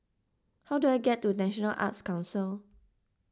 how do I get to National Arts Council